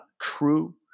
true